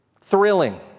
Thrilling